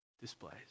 displays